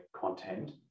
content